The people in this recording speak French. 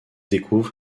découvre